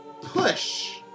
push